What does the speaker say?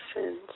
sins